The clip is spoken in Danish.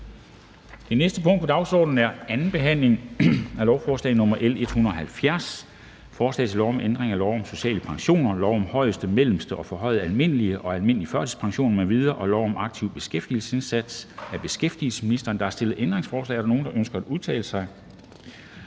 Det næste punkt på dagsordenen er: 11) 2. behandling af lovforslag nr. L 170: Forslag til lov om ændring af lov om social pension, lov om højeste, mellemste, forhøjet almindelig og almindelig førtidspension m.v. og lov om en aktiv beskæftigelsesindsats. (Afskaffelse af indtægtsregulering af folke-, senior- og førtidspension